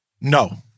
No